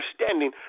understanding